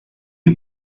you